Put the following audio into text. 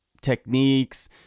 techniques